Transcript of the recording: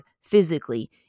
physically